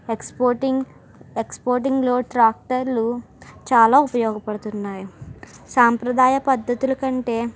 exporting ఎక్స్పోర్టింగ్లో ట్రాక్టర్లు చాలా ఉపయోగపడుతున్నాయి సాంప్రదాయ పద్ధతులకంటే